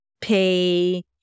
pay